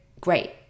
great